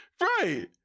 Right